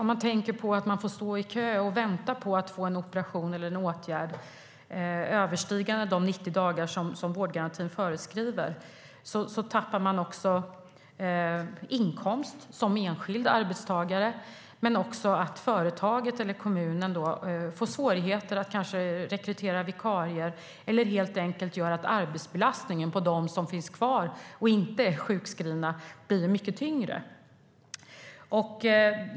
Om man får stå i kö och vänta på att få en operation eller en åtgärd längre än de 90 dagar som vårdgarantin föreskriver tappar man inkomst som enskild arbetstagare. Företaget eller kommunen får kanske svårigheter att rekrytera vikarier. Och arbetsbelastningen på dem som finns kvar och som inte är sjukskrivna kan bli mycket tyngre.